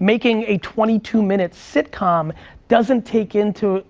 making a twenty two minute sitcom doesn't take into